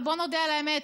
אבל בוא נודה על האמת: